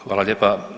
Hvala lijepa.